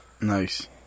Nice